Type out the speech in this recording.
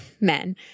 men